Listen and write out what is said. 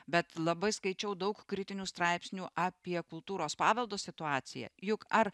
bet labai skaičiau daug kritinių straipsnių apie kultūros paveldo situaciją juk ar